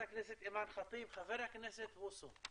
תודה.